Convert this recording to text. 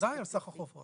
בוודאי על סך החובות.